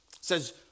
says